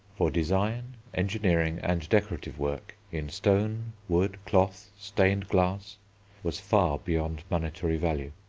for design, engineering, and decorative work in stone, wood, cloth, stained glass was far beyond monetary value.